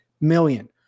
million